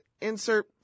insert